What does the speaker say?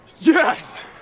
Yes